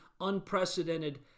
unprecedented